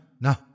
no